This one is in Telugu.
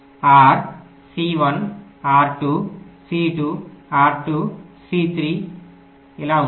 R C1 R2 C2 R2 C3 ఇలా ఉంటుంది